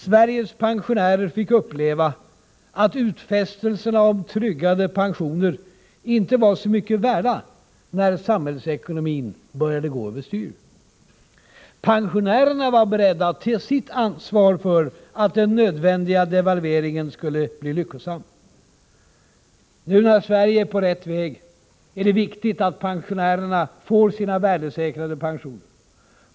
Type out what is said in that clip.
Sveriges pensionärer fick uppleva att utfästelserna om tryggade pensioner inte var så mycket värda när samhällsekonomin började gå över styr. Pensionärerna var beredda att ta sitt ansvar för att den nödvändiga devalveringen skulle bli lyckosam. Nu när Sverige är på rätt väg är det viktigt att pensionärerna får sina värdesäkrade pensioner.